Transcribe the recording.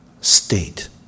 state